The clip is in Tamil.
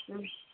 ம்